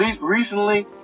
recently